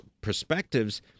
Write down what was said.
perspectives